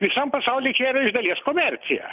visam pasauly čia yra iš dalies komercija